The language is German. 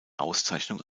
auszeichnung